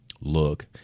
look